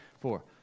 four